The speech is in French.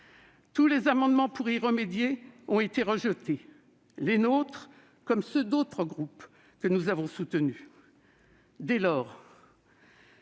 Tous les amendements pour y remédier ont été rejetés, les nôtres comme ceux d'autres groupes que nous avons soutenus.